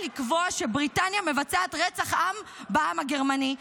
לקבוע שבריטניה מבצעת רצח עם בעם הגרמני,